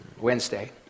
Wednesday